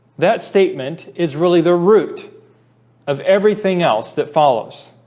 that statement is really the root of everything else that follows